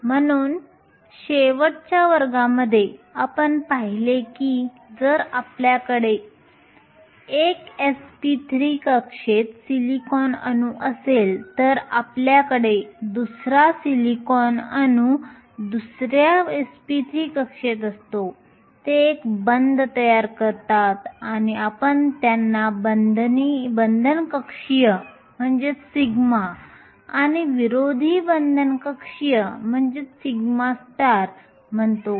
म्हणून शेवटच्या वर्गामध्ये आपण पाहिले की जर आपल्याकडे 1 sp3 कक्षेत सिलिकॉन अणू असेल तर आपल्याकडे दुसरा सिलिकॉन अणू दुसऱ्या sp3 कक्षेत असतो ते एक बंध तयार करतात आणि आपण त्यांना बंधन कक्षीय σ bonding orbital σ आणि विरोधी बंधन कक्षीय σ anti bonding orbital σ म्हणतो